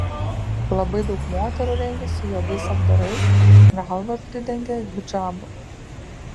labai daug moterų rengiasi juodais apdarais galvą pridengia hidžabu